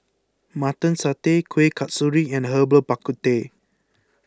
Mutton Satay Kueh Kasturi and Herbal Bak Ku Teh